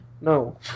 No